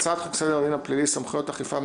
והצעת חוק סדר הדין הפלילי (סמכויות אכיפה,